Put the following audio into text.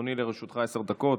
בבקשה, אדוני, לרשותך עשר דקות.